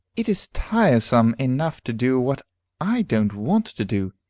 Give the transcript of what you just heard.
it is tiresome enough to do what i don't want to do,